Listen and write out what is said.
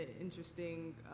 interesting